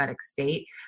state